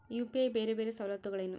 UPI ಬೇರೆ ಬೇರೆ ಸವಲತ್ತುಗಳೇನು?